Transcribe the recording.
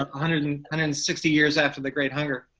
ah hundred and and and sixty years after the great hunger.